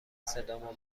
صدامو